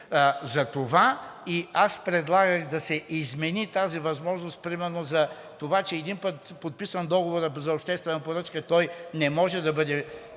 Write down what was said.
Затова и аз предлагах да се измени тази възможност примерно за това, че един път подписан договорът за обществена поръчка, той не може да бъде